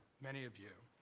many of you.